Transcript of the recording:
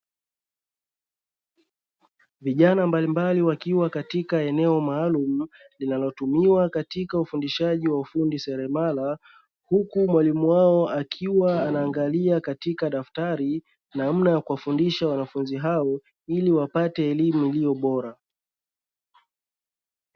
Vijana mbalimbali wakiwa katika eneo maalumu linalotumiwa katika ufundishaji wa ufundi seremala, huku mwalimu wao akiwa anaangalia katika daftari namna ya kuwafundisha wanafunzi hao ili wapate elimu iliyo bora.